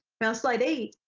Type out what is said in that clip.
now slide eight,